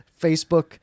Facebook